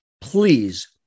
Please